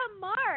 Mark